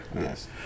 Yes